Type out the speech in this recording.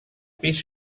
pis